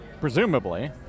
Presumably